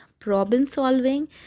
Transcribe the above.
problem-solving